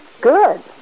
Good